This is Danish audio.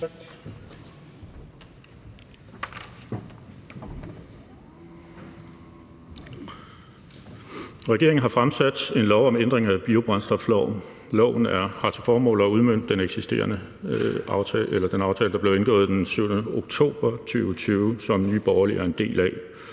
Regeringen har fremsat et forslag til lov om ændring af biobrændstofloven. Lovforslaget har til formål at udmønte den aftale, der blev indgået den 7. oktober 2020, og som Nye Borgerlige er en del af.